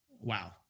wow